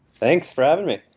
thanks for having me.